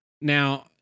Now